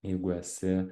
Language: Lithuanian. jeigu esi